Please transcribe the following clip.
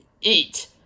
eat